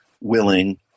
willing